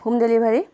home delivery